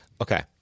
Okay